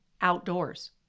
outdoors